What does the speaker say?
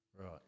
Right